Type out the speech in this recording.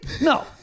No